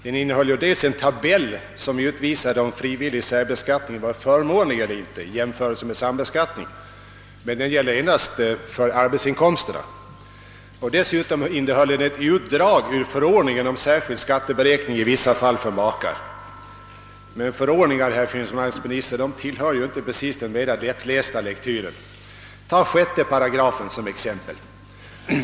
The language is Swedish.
Den innehåller en tabell, som visar om den frivilliga särbeskattningen är förmånlig eller inte i jämförelse med sambeskattning, men den gäller endast för arbetsinkomster. Dessutom innehåller blanketten ett utdrag ur förordningen om särskild skatteberäkning i vissa fall för makar. Men förordningar tillhör inte den mera lättlästa lektyren, herr finansminister. Jag tar 6 § som exempel.